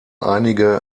einige